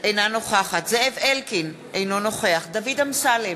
אינה נוכחת זאב אלקין, אינו נוכח דוד אמסלם,